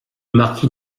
marquis